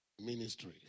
ministry